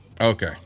Okay